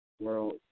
World